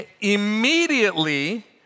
immediately